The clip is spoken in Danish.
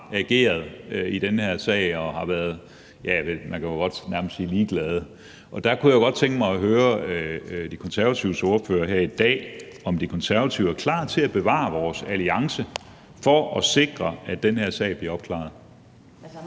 ageret i den her sag, og som har været, ja, man kan vel godt nærmest sige ligeglade. Og der kunne jeg godt tænke mig at høre De Konservatives ordfører her i dag, om De Konservative er klar til at bevare vores alliance for at sikre, at den her sag bliver opklaret.